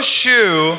shoe